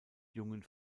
jungen